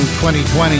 2020